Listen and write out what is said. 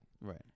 Right